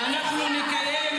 תביאו